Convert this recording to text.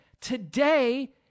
Today